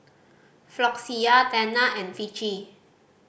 Floxia Tena and Vichy